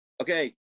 okay